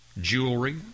jewelry